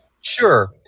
Sure